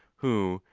who,